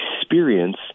experience